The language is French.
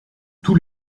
tous